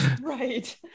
Right